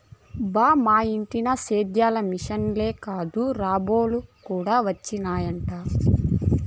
బా ఇంటినా సేద్యం ల మిశనులే కాదు రోబోలు కూడా వచ్చినయట